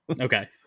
Okay